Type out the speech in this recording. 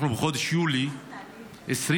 אנחנו בחודש יולי 2024,